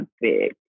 big